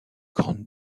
grande